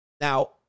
Now